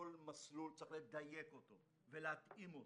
כל מסלול צריך לדייק אותו ולהתאים אותו,